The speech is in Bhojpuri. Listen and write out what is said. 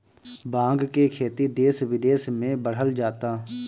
भाँग के खेती देस बिदेस में बढ़ल जाता